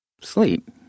sleep